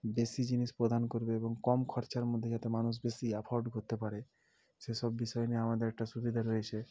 বেশি জিনিস প্রদান করবে এবং কম খরচার মধ্যে যাতে মানুষ বেশি অ্যাফোর্ড করতে পারে সেসব বিষয় নিয়ে আমাদের একটা সুবিধা রয়েছে